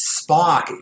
Spock